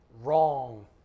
wrong